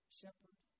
shepherd